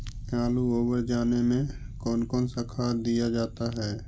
आलू ओवर जाने में कौन कौन सा खाद दिया जाता है?